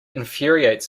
infuriates